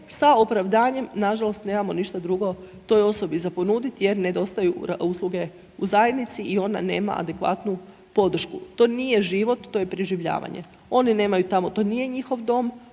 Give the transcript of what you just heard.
sa opravdanjem nažalost nemamo ništa drugo toj osobi za ponuditi jer nedostaju usluge u zajednici i ona nema adekvatnu podršku. To nije život, to je preživljavanje. Oni nemaju tamo, to nije njihov dom,